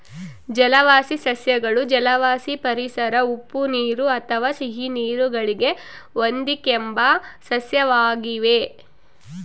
ಜಲವಾಸಿ ಸಸ್ಯಗಳು ಜಲವಾಸಿ ಪರಿಸರ ಉಪ್ಪುನೀರು ಅಥವಾ ಸಿಹಿನೀರು ಗಳಿಗೆ ಹೊಂದಿಕೆಂಬ ಸಸ್ಯವಾಗಿವೆ